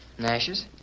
Nashes